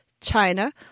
China